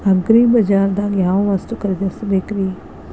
ಅಗ್ರಿಬಜಾರ್ದಾಗ್ ಯಾವ ವಸ್ತು ಖರೇದಿಸಬೇಕ್ರಿ?